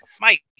Mike